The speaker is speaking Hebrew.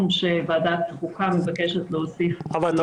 שוועדת החוקה מבקשת להוסיף לחוק היא --- מיכל,